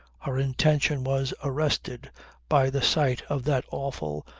her intention was arrested by the sight of that awful,